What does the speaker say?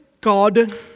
God